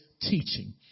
teaching